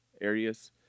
areas